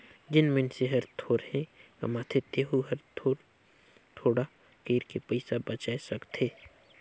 जेन मइनसे हर थोरहें कमाथे तेहू हर थोर थोडा कइर के पइसा बचाय सकथे